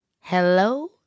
Hello